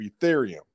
Ethereum